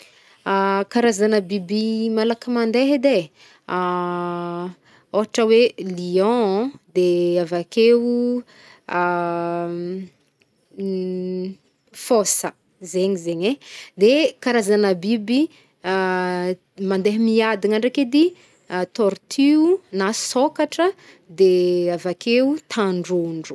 Karazana biby malaky mandeh edy e, ôhatra hoe lion-, de avakeo fôsa, zegny zegny e, de karazagna biby mandeha miadagna ndraiky edy, tortue na sôkatra, de avakeo tandrondro.